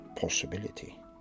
possibility